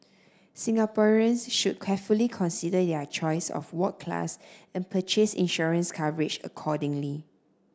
Singaporeans should carefully consider their choice of ward class and purchase insurance coverage accordingly